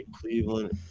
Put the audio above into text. Cleveland